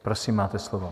Prosím, máte slovo.